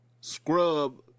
scrub